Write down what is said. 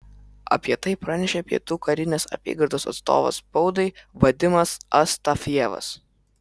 apie tai pranešė pietų karinės apygardos atstovas spaudai vadimas astafjevas